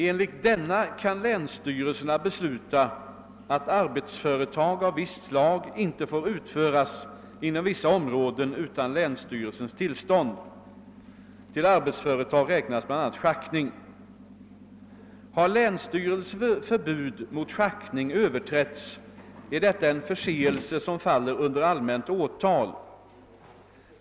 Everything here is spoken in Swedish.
Enligt denna kan länsstyrelsen besluta att arbetsföretag av visst slag inte får utföras inom vissa områden utan länsstyrelsens tillstånd. Till arbetsföretag räknas bl.a. schaktning. Har länsstyrelsens förbud mot schaktning överträtts är detta en förseelse som faller under allmänt åtal.